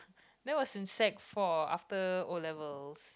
that was in sec four after O-levels